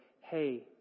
Hey